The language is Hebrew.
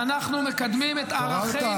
ואנחנו מקדמים את ערכינו ----- התעוררת,